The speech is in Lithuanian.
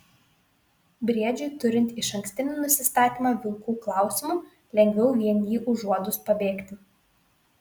briedžiui turint išankstinį nusistatymą vilkų klausimu lengviau vien jį užuodus pabėgti